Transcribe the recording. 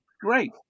great